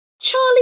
Charlie